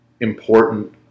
important